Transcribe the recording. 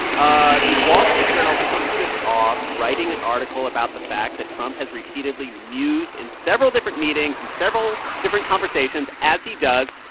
ah the wall street journal kicks this off writing an article about the fact that trump has repeatedly mused in several different meetings in several different conversations, as he does,